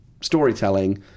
storytelling